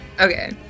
Okay